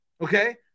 Okay